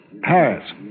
Paris